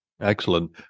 Excellent